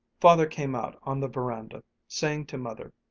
father came out on the veranda, saying to mother,